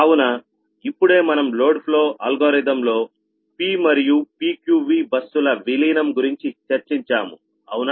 కావునఇప్పుడే మనం load flow algorithm లో P మరియు PQV బస్ ల విలీనం గురించి చర్చించాము అవునా